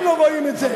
לא רואים את זה.